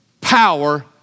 power